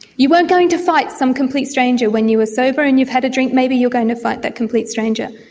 you weren't going to fight some complete stranger when you were sober, and you've had a drink, maybe you are going to fight that complete stranger.